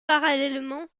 parallèlement